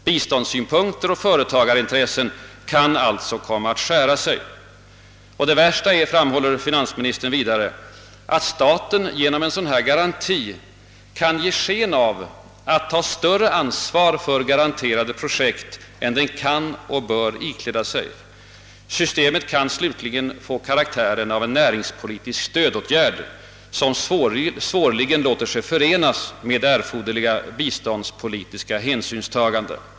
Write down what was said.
Biståndssynpunkter och företagarintressen kan alltså komma att skära sig.» Det värsta är, framhåller finansministern vidare, att staten genom en sådan garanti kan »ge sken av att ta större ansvar för garanterade projekt än den kan och bör ikläda sig». Systemet kan slutligen få karaktären av »en näringspolitisk stödåtgärd, som svårligen låter sig förenas med erforderliga biståndspolitiska hänsyntaganden».